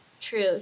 true